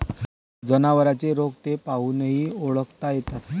जनावरांचे रोग ते पाहूनही ओळखता येतात